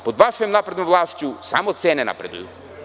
Pod vašem naprednom vlašću samo cene napreduju.